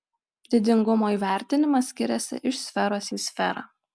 didingumo įvertinimas skiriasi iš sferos į sferą